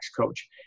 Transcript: coach